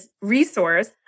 resource